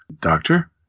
Doctor